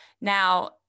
Now